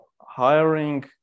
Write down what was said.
hiring